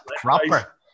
proper